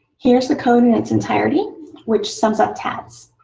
here's the code in its entirety which sums up tabs.